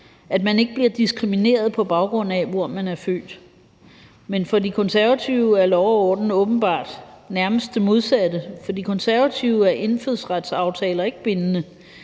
at man ikke bliver diskrimineret på baggrund af, hvor man er født. Men for De Konservative er lov og orden åbenbart nærmest det modsatte. For De Konservative er indfødsretsaftaler ikke bindende.